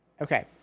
Okay